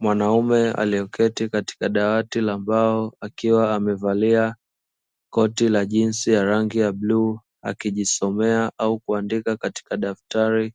Mwanaume aliyeketi katika dawati la mbao akiwa amevalia koti la jinsi ya rangi ya bluu, akijisomoea au kuandika katika daftari